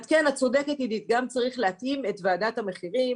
את צודקת, צריך גם להתאים את ועדת המחירים